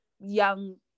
young